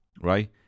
right